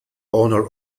honor